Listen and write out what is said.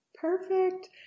Perfect